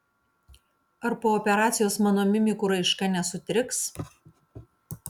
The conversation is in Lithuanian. ar po operacijos mano mimikų raiška nesutriks